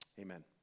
Amen